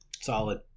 Solid